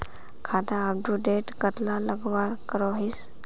खाता अपटूडेट कतला लगवार करोहीस?